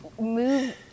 move